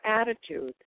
attitude